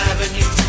Avenue